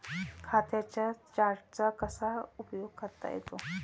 खात्यांच्या चार्टचा कसा उपयोग करता येतो?